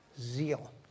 zeal